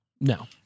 No